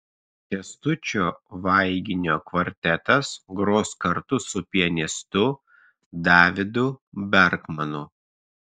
kęstučio vaiginio kvartetas gros kartu su pianistu davidu berkmanu